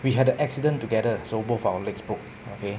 we had the accident together so both our legs broke okay